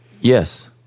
Yes